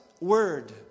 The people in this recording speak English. word